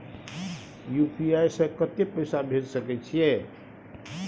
UPI से कत्ते पैसा भेज सके छियै?